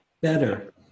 Better